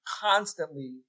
constantly